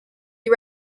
you